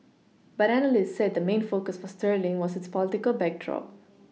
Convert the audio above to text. but analysts said the main focus for sterling was its political backdrop